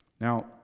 Now